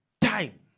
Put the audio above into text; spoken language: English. time